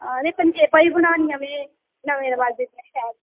ते पेंजेबां बी बनानियां में नमें रवाजै दियां शैल